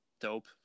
dope